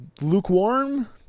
lukewarm